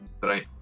right